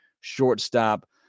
shortstop